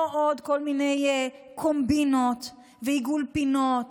לא עוד כל מיני קומבינות ועיגול פינות.